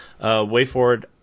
WayForward